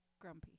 grumpy